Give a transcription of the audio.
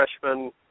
freshman